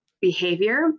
behavior